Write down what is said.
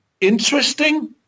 interesting